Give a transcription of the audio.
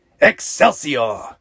Excelsior